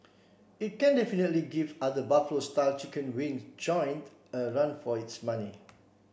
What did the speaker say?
it can definitely give other Buffalo style chicken wings joint a run for its money